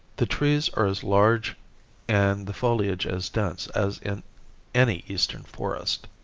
the trees are as large and the foliage as dense as in any eastern forest.